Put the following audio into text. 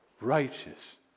righteous